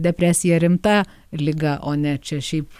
depresija rimta liga o ne čia šiaip